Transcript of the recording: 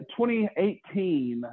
2018